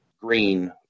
green